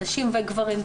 נשים וגברים,